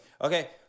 okay